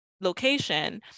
location